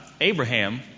Abraham